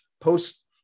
post